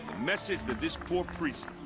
message that this poor priest.